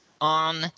on